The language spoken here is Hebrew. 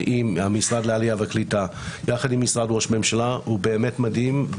המשרד לעלייה וקליטה ומשרד ראש הממשלה הוא באמת מדהים.